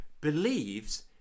believes